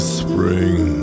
spring